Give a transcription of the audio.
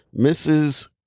Mrs